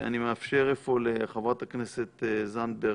אני מאפשר, אפוא, לחברת הכנסת זנדברג,